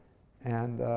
and